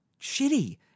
shitty